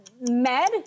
med